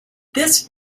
this